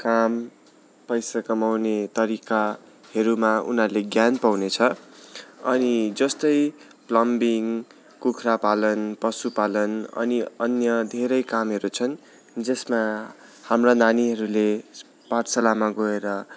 काम पैसा कमाउने तरिकाहरूमा उनीहरूले ज्ञान पाउनेछ अनि जस्तै प्लम्बिङ्ग कुखुरा पालन पशुपालन अनि अन्य धेरै कामहरू छन् जसमा हाम्रा नानीहरूले पाठशालामा गएर